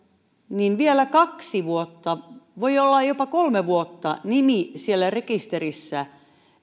niin on vielä kaksi vuotta voi olla jopa kolme vuotta nimi siellä rekisterissä